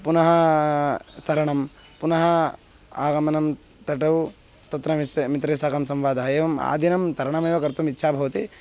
पुनः तरणं पुनः आगमनं तटे तत्र मिस्से मित्रैः साकं संवादः एवम् आदिनं तरणमेव कर्तुम् इच्छा भवति